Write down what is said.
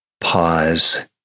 pause